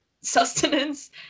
sustenance